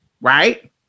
right